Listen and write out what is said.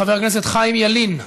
חבר הכנסת חיים ילין,